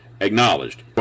acknowledged